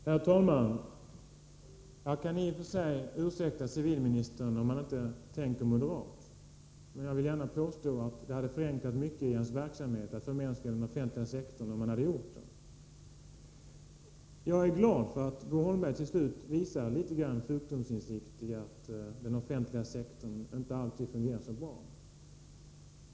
Herr talman! Jag kan i och för sig ursäkta civilministern för att han inte tänker moderat, men jag vill påstå att det hade förenklat mycket i hans verksamhet för att förmänskliga den offentliga sektorn om han hade gjort det. Jag är glad att Bo Holmberg till sist visar litet sjukdomsinsikt om att den offentliga sektorn inte alltid fungerar så bra.